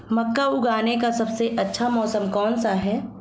मक्का उगाने का सबसे अच्छा मौसम कौनसा है?